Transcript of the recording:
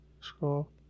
Scroll